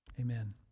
Amen